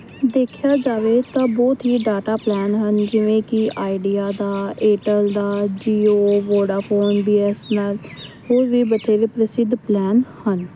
ਦੇਖਿਆ ਜਾਵੇ ਤਾਂ ਬਹੁਤ ਹੀ ਡਾਟਾ ਪਲਾਨ ਹਨ ਜਿਵੇਂ ਕਿ ਆਈਡੀਆ ਦਾ ਏਅਰਟੈਲ ਦਾ ਜੀਓ ਵੋਡਾਫੋਨ ਬੀਐਸਐਨਐਲ ਹੋਰ ਵੀ ਬਥੇਰੇ ਪ੍ਰਸਿੱਧ ਪਲੈਨ ਹਨ